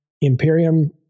Imperium